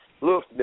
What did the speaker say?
look